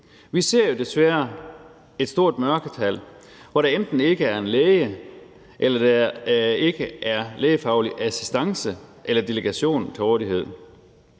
Vi ser jo desværre et stort mørketal, hvor der enten ikke er en læge eller lægefaglig assistance eller delegation til rådighed.